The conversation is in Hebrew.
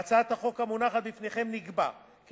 בהצעת החוק המונחת בפניכם נקבע כי